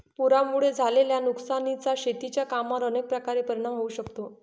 पुरामुळे झालेल्या नुकसानीचा शेतीच्या कामांवर अनेक प्रकारे परिणाम होऊ शकतो